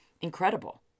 Incredible